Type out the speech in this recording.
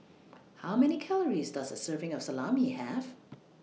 How Many Calories Does A Serving of Salami Have